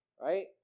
right